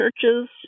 churches